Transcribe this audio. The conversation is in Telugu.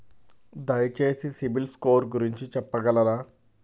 దయచేసి సిబిల్ స్కోర్ గురించి చెప్పగలరా?